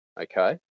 Okay